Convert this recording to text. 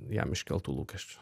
jam iškeltų lūkesčių